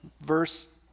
Verse